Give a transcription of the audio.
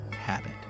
habit